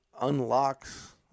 unlocks